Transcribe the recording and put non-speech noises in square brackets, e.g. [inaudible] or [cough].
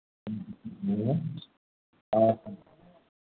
[unintelligible]